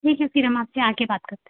ठीक है फ़िर हम आपसे आकर बात करते हैं